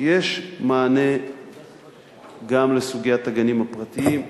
יש מענה גם לסוגיית הגנים הפרטיים,